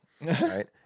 right